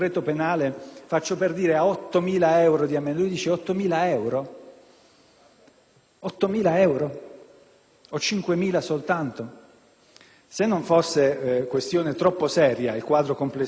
8.000 euro? Se non fosse questione fin troppo seria il quadro complessivo in cui si iscrive questa norma, ci sarebbe davvero da farsi qualche